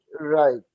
right